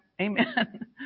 Amen